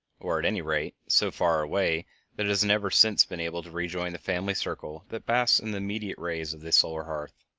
or at any rate so far away that it has never since been able to rejoin the family circle that basks in the immediate rays of the solar hearth.